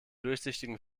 durchsichtigen